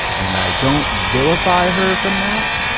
and i don't vilify her from that,